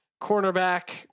cornerback